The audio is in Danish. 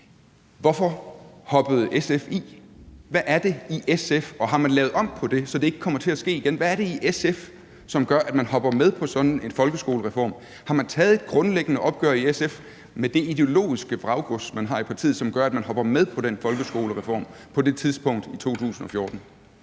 Hvorfor hoppede SF i? Og har man lavet om på det, så det ikke kommer til at ske igen? Hvad er det i SF, som gør, at man hopper med på sådan en folkeskolereform? Har man taget et grundlæggende opgør i SF med det ideologiske vraggods, man har i partiet, som gør, at man hopper med på den folkeskolereform på det tidspunkt i 2014?